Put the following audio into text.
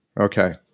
Okay